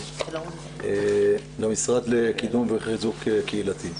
למשרד לקידום וחיזוק קהילתי.